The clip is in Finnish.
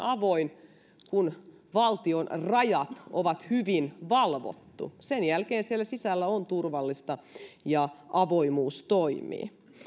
avoin silloin kun valtion rajat ovat hyvin valvotut sen jälkeen siellä sisällä on turvallista ja avoimuus toimii